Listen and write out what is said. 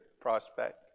prospect